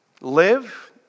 Live